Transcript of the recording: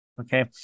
Okay